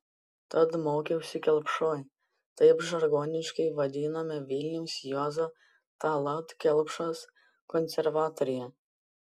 tad mokiausi kelpšoj taip žargoniškai vadinome vilniaus juozo tallat kelpšos konservatoriją